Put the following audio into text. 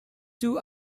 two